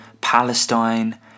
Palestine